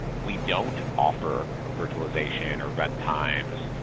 we don't offer virtualization or run times.